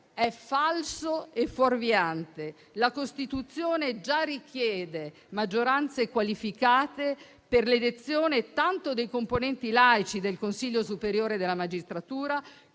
È falso e fuorviante: la Costituzione già richiede maggioranze qualificate per l'elezione tanto dei componenti laici del Consiglio superiore della magistratura